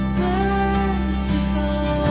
merciful